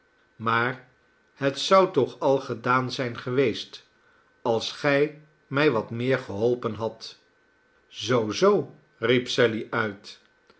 maar het zou toch al gedaan zijn geweest als gij mij wat meer geholpen hadt zoo zoo riep sally uit